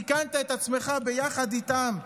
סיכנת את עצמך ביחד איתם.